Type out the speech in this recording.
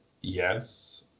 yes